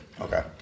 Okay